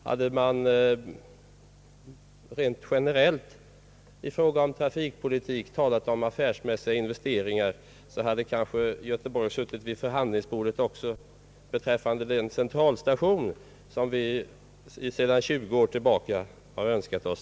Hade man rent generellt i fråga om trafikpolitik talat om affärsmässiga investeringar hade kanske Göteborg suttit vid förhandlingsbordet också beträffande den centralstation som vi sedan tjugu år tillbaka har önskat oss.